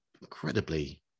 incredibly